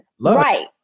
Right